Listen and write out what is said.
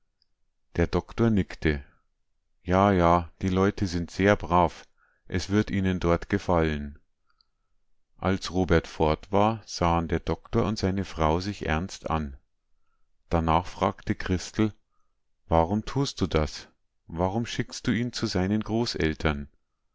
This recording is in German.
der doktor nickte ja ja die leute sind sehr brav es wird ihnen dort gefallen als robert fort war sahen der doktor und seine frau sich ernst an danach fragte christel warum tust du das warum schickst du ihn zu seinen großeltern